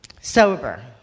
Sober